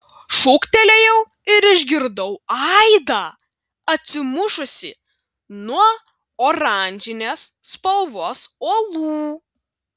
šūktelėjau ir išgirdau aidą atsimušusį nuo oranžinės spalvos uolų